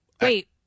Wait